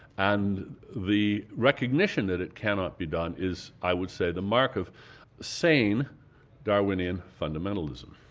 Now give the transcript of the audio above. and the recognition that it cannot be done is, i would say, the mark of sane darwinian fundamentalism.